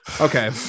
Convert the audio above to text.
okay